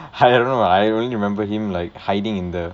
I don't know I only remember him like hiding in the